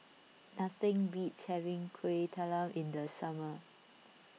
nothing beats having Kuih Talam in the summer